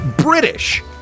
British